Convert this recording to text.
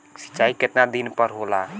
सिंचाई केतना दिन पर होला?